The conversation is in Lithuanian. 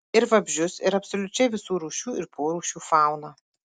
ir vabzdžius ir absoliučiai visų rūšių ir porūšių fauną